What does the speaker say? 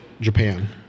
Japan